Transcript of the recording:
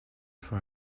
far